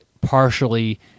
partially